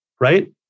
right